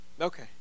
Okay